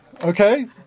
Okay